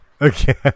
Okay